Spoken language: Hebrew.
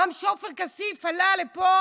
גם כשעופר כסיף עלה לפה